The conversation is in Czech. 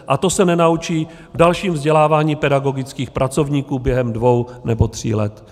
A to se nenaučí dalším vzděláváním pedagogických pracovníků během dvou nebo tří let.